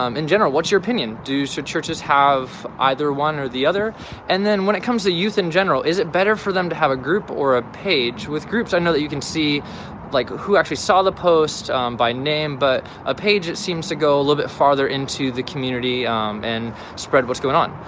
um in general what's your opinion? should churches have either one or the other and then when it comes to youth in general, is it better for them to have a group or a page? with groups i know that you can see like who actually saw the post by name but a page it seems to go a little bit farther into the community and spread what's going on.